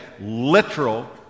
literal